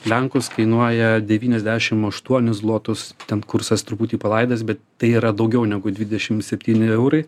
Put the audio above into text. lenkus kainuoja devyniasdešim aštuonis zlotus ten kursas truputį palaidas bet tai yra daugiau negu dvidešim septyni eurai